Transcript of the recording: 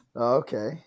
Okay